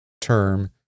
term